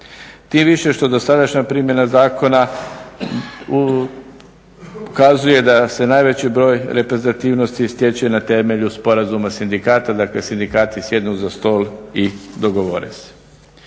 Tim više što dosadašnja primjena zakona ukazuje da se najveći broj reprezentativnosti stječe na temelju sporazuma sindikata, dakle sindikati sjednu za stol i dogovore se.